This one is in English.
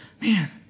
man